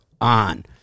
on